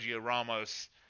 Ramos